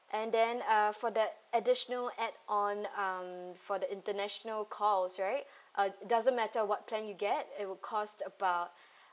and then uh for the additional add on um for the international calls right uh doesn't matter what plan you get it would cost about